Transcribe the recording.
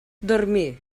dormir